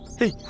the